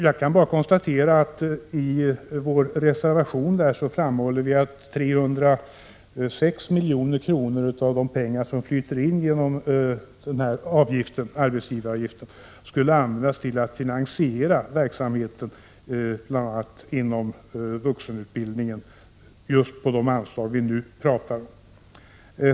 Jag kan bara konstatera att vi i vår reservation framhåller att 306 milj.kr. av de pengar som flyter in genom arbetsgivaravgiften skulle kunna användas till att finansiera verksamheten bl.a. inom vuxenutbildningen just på de anslag vi nu talar om.